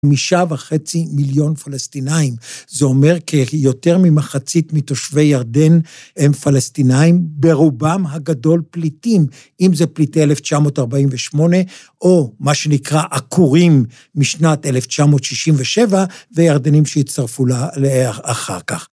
חמישה וחצי מיליון פלסטינאים, זה אומר כיותר ממחצית מתושבי ירדן הם פלסטינאים, ברובם הגדול פליטים, אם זה פליטי 1948, או מה שנקרא עקורים משנת 1967, וירדנים שהצטרפו לאחר כך.